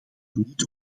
niet